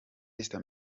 esther